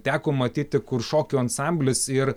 teko matyti kur šokių ansamblis ir